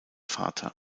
vater